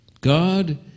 God